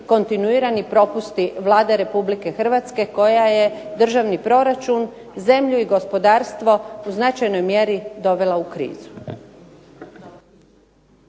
kontinuirani propusti Vlade Republike Hrvatske koja je državni proračun, zemlju i gospodarstvo u značajnoj mjeri dovela u krizu.